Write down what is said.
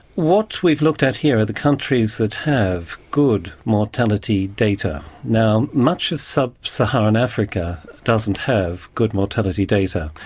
what we've looked at here are the countries that have good mortality data. now much of sub saharan africa doesn't have good mortality data.